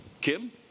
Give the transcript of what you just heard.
Kim